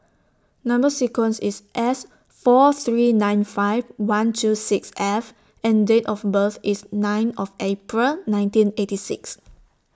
Number sequence IS S four three nine five one two six F and Date of birth IS nine of April nineteen eighty six